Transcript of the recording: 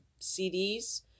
CDs